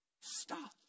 stop